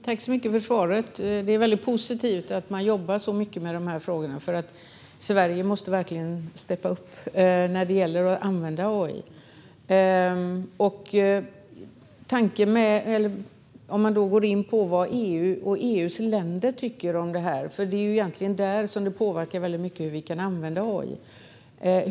Herr talman! Det är väldigt positivt att man jobbar så mycket med dessa frågor, för Sverige måste verkligen steppa upp när det gäller att använda AI. Låt mig gå in på vad EU och EU:s länder tycker om detta, för det påverkar ju väldigt mycket hur vi kan använda AI.